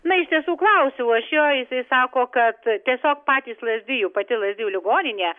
na iš tiesų klausiau aš jo jisai sako kad tiesiog patys lazdijų pati lazdijų ligoninė